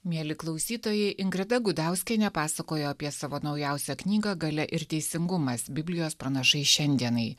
mieli klausytojai ingrida gudauskienė pasakojo apie savo naujausią knygą galia ir teisingumas biblijos pranašai šiandienai